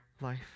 life